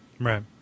Right